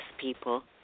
people